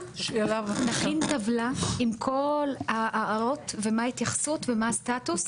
נכן טבלה עם כל ההערות ומה ההתייחסות ומה הסטטוס?